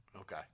Okay